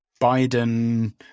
biden